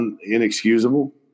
inexcusable